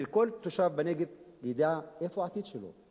וכל תושב בנגב ידע איפה העתיד שלו,